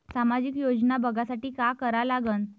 सामाजिक योजना बघासाठी का करा लागन?